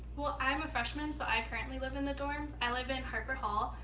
well, i'm a freshman, so i currently live in the dorms. i live in harper hall.